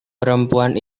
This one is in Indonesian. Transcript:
perempuan